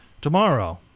Tomorrow